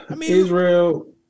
Israel